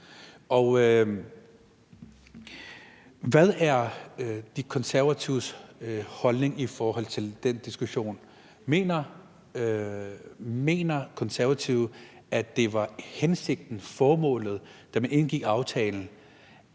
Og hvad er De Konservatives holdning i forhold til den diskussion? Mener De Konservative, at det var hensigten, formålet, da man indgik aftalen?